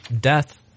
death